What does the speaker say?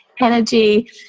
energy